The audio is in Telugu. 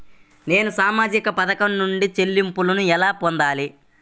నేను సామాజిక పథకం నుండి చెల్లింపును ఎలా పొందాలి?